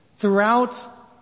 throughout